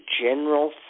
general